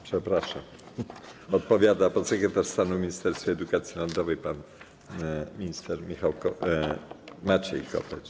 Przepraszam, odpowiada podsekretarz stanu w Ministerstwie Edukacji Narodowej pan minister Maciej Kopeć.